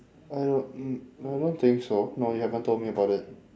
I don't mm no I don't think so no you haven't told me about it